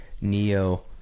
Neo